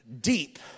deep